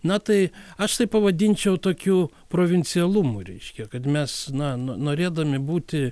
na tai aš tai pavadinčiau tokiu provincialumu reiškia kad mes na no norėdami būti